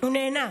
הוא נהנה,